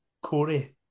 corey